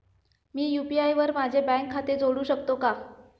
मी UPI वर माझे bank खाते जोडू शकतो का?